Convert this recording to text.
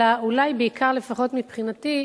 אלא אולי בעיקר, לפחות מבחינתי,